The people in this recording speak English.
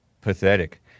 Pathetic